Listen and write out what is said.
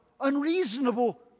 unreasonable